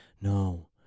No